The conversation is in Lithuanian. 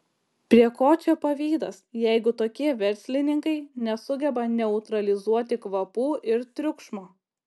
prie ko čia pavydas jeigu tokie verslininkai nesugeba neutralizuoti kvapų ir triukšmo